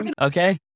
Okay